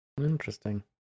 Interesting